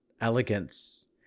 elegance